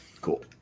Cool